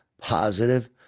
positive